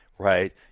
Right